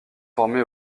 formé